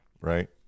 Right